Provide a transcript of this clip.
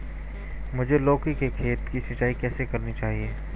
मुझे लौकी के खेत की सिंचाई कैसे करनी चाहिए?